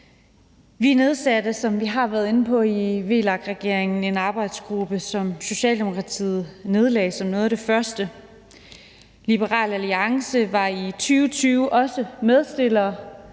Vi nedsatte, som vi har været inde på, i VLAK-regeringen en arbejdsgruppe, som Socialdemokratiet nedlagde som noget af det første. Liberal Alliance var i 2020 også medforslagsstillere